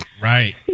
Right